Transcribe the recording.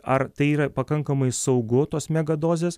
ar tai yra pakankamai saugu tos mega dozės